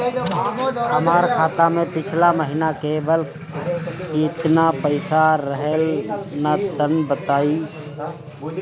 हमार खाता मे पिछला महीना केतना पईसा रहल ह तनि बताईं?